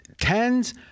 tens